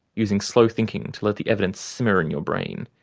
using slow thinking to let the evidence simmer in your brain,